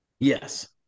Yes